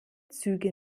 züge